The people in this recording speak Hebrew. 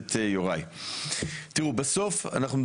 בקריאה ראשונה ואנחנו לא